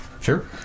Sure